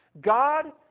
God